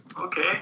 Okay